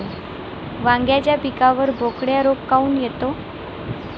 वांग्याच्या पिकावर बोकड्या रोग काऊन येतो?